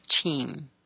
team